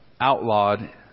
outlawed